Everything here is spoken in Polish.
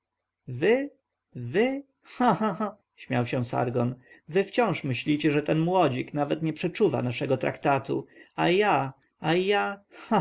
wy cha cha cha śmiał się sargon wy wciąż myślicie że ten młodzik nawet nie przeczuwa naszego traktatu a ja a ja